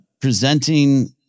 presenting